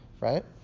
right